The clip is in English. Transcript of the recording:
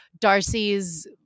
Darcy's